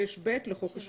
7(ב)(6) לחוק השב"כ.